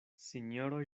sinjoro